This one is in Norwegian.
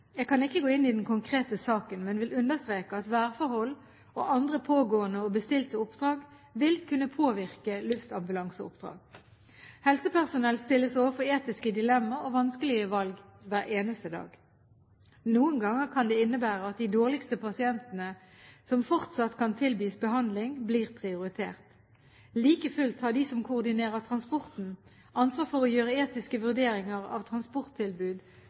Jeg kan ikke gå inn i den konkrete saken, men vil understreke at værforhold og andre pågående og bestilte oppdrag vil kunne påvirke luftambulanseoppdrag. Helsepersonell stilles overfor etiske dilemmaer og vanskelige valg hver eneste dag. Noen ganger kan det innebære at de dårligste pasientene som fortsatt kan tilbys behandling, blir prioritert. Like fullt har de som koordinerer transporten, ansvar for å gjøre etiske vurderinger av transporttilbud